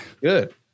Good